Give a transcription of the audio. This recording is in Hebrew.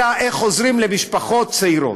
אלא איך עוזרים למשפחות צעירות.